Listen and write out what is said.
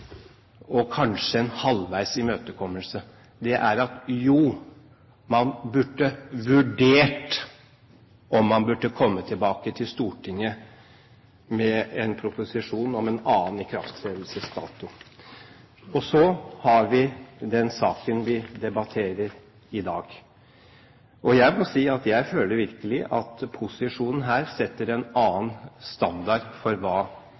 og kanskje en halvveis imøtekommelse? Det er at jo, man burde vurdert om man burde komme tilbake til Stortinget med en proposisjon om en annen ikrafttredelsesdato. Og så har vi den saken vi debatterer i dag. Jeg må si at jeg føler virkelig at posisjonen her setter en annen standard for hva